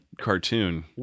cartoon